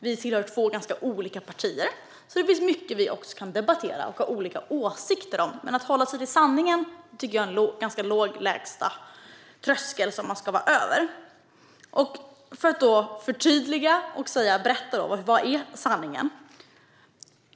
Vi tillhör två olika partier, så det finns också mycket som vi kan debattera och ha olika åsikter om. Men att hålla sig till sanningen är en ganska låg lägsta tröskel som man ska hålla sig över. För att förtydliga ska jag berätta vad som är sanningen.